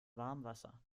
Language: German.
warmwasser